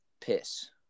piss